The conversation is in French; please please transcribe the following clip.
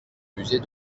musée